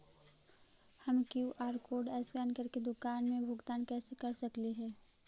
हम QR code scan करके दुकान में भुगतान कैसे कर सकली हे?